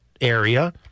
area